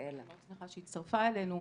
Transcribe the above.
מאוד שמחה שהיא הצטרפה אלינו,